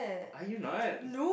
are you not